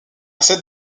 cette